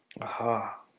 Aha